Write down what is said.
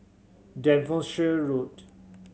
Devonshire Road